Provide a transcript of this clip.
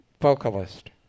vocalist